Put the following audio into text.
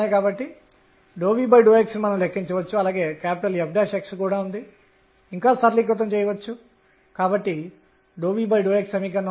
ఒకటి E అనేది 12mr212mr2212mr2sin22 kr గా ఇవ్వబడింది